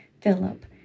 Philip